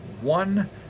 one